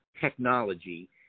technology